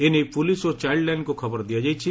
ଏ ନେଇ ପୁଲିସ୍ ଓ ଚାଇଲ୍ଡ ଲାଇନ୍କୁ ଖବର ଦିଆଯାଇଛି